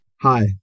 Hi